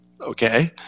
Okay